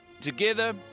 together